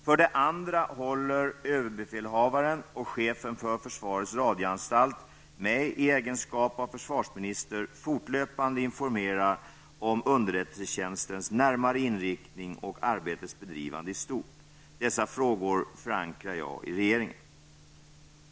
För det andra håller överbefälhavaren och chefen för försvarets radioanstalt mig, i min egenskap av försvarsminister, fortlöpande informerad om underrättelsetjänstens närmare inriktning och arbetets bedrivande i stort. Dessa frågor förankrar jag i regeringen.